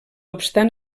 obstant